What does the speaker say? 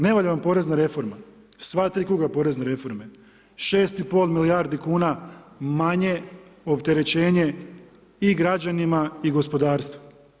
Ne valja vam porezna reforma, sva tri kruga porezne reforme, 6 i pol milijardi kuna manje opterećenje i građanima i gospodarstvu.